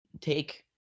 take